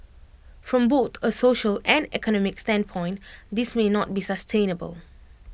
from both A social and economic standpoint this may not be sustainable